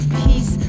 peace